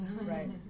Right